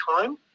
time